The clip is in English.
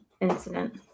incident